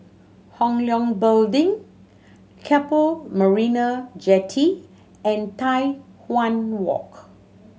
Hong Leong Building Keppel Marina Jetty and Tai Hwan Walk